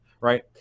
right